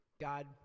God